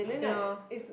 ya